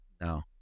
No